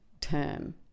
term